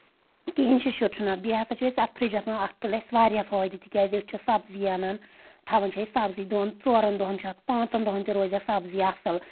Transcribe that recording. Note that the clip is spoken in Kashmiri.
کِہیٖنۍ شُشُر چھُنہٕ اَتھ بیٚیہِ ہَسا چھِ أسۍ اَتھ فرجَس منٛز اَتھ تُل اَسہِ واریاہ فٲیدٕ تِکیٛازِ أسۍ چھِ سبزی اَنَان تھاوَان چھِ أسۍ سبزی دۄن ژورَن دۄہَن چھِ اَتھ پانٛژَن دۄہَن تہِ روزِ اَسہِ سبزی اَصٕل